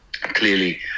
clearly